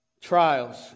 trials